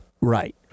Right